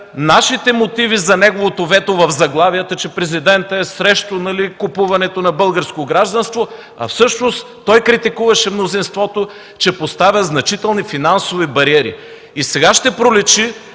нашите мотиви за неговото вето в заглавието, че Президентът е срещу купуването на българско гражданство. Всъщност той критикуваше мнозинството, че поставя значителни финансови бариери. Сега ще проличи